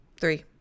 Three